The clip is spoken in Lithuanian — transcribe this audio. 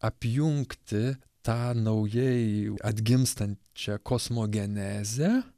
apjungti tą naujai atgimstančią kosmogenezę